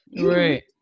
Right